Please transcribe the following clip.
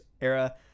era